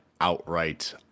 outright